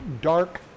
dark